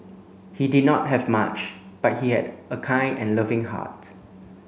he did not have much but he had a kind and loving heart